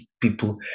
people